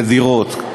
לדירות.